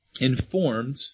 informed